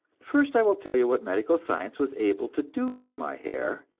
first i will tell you what medical science was able to do for my hair,